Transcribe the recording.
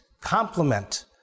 complement